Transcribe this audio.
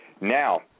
Now